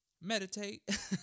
Meditate